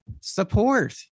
support